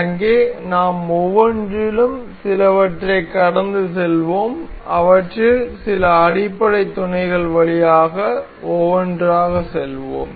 அங்கே நாம் ஒவ்வொன்றிலும் சிலவற்றைக் கடந்து செல்வோம் அவற்றில் சில அடிப்படை துணைகள் வழியாக ஒவ்வொன்றாகச் செல்வோம்